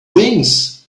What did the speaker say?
wings